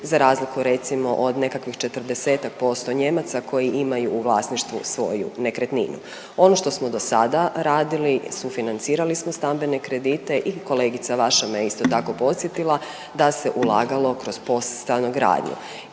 za razliku recimo od nekakvih 40-ak posto Nijemaca koji imaju u vlasništvu svoju nekretninu. Ono što smo dosada radili sufinancirali smo stambene kredite i kolegica vaša me je isto tako podsjetila da se ulagalo kroz POS stanogradnju.